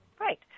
Right